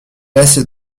assez